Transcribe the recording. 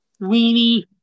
weenie